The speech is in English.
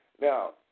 Now